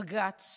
בג"ץ,